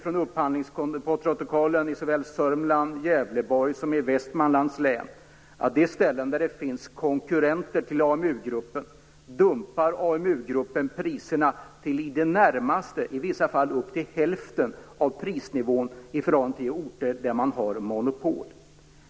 Av upphandlingsprotokollen i Sörmlands, Gävleborgs och Västmanlands län kan vi se att AMU-gruppen dumpar priserna på de ställen där det finns konkurrenter, i vissa fall till hälften av prisnivån i förhållande till de orter där man har monopol.